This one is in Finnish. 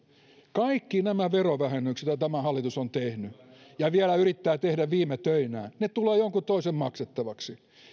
kaikki nämä verovähennykset joita tämä hallitus on tehnyt ja vielä yrittää tehdä viime töinään tulevat jonkun toisen maksettavaksi